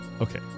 Okay